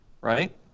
right